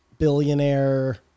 Billionaire